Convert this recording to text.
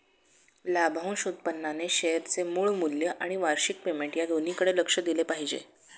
लाभांश उत्पन्नाने शेअरचे मूळ मूल्य आणि वार्षिक पेमेंट या दोन्हीकडे लक्ष दिले पाहिजे